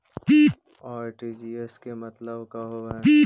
RTGS के मतलब का होव हई?